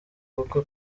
kuko